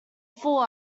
fool